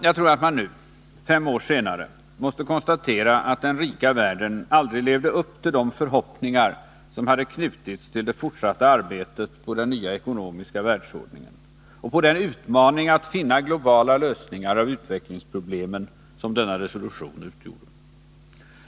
Jag tror att man nu, fem år senare, måste konstatera att den rika världen aldrig levde upp till de förhoppningar som hade knutits till det fortsatta arbetet på den nya ekonomiska världsordningen och på den utmaning att finna globala lösningar av utvecklingsproblemen som denna resolution utgjorde.